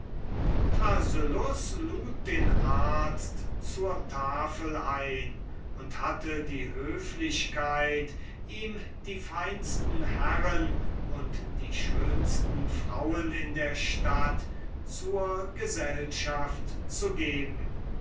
lud den arzt zur tafel ein und hatte die höflichkeit ihm die feinsten herren und die schönsten frauen in der stadt zur gesellschaft zu gehen